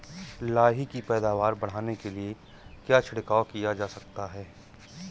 लाही की पैदावार बढ़ाने के लिए क्या छिड़काव किया जा सकता है?